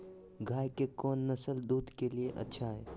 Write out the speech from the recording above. गाय के कौन नसल दूध के लिए अच्छा है?